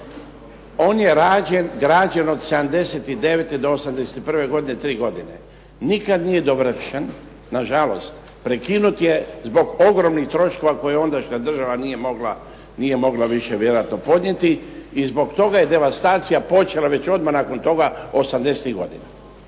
On je građen od '79. do '81. godine, tri godine. Nikada nije dovršen, nažalost. Prekinut je zbog ogromnih troškova koje ondašnja država nije mogla više vjerojatno podnijeti i zbog toga je devastacija počela već odmah nakon toga '80.-ih godina.